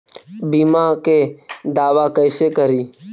बीमा के दावा कैसे करी?